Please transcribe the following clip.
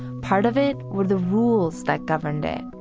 part of it were the rules that governed it